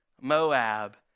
Moab